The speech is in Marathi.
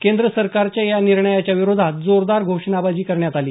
केंद्र सरकारच्या या निणर्याच्या विरोधात जोरदार घोषणाबाजी करण्यात आली